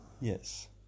Yes